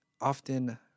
often